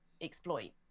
exploit